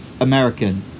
american